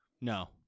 No